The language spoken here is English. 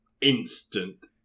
instant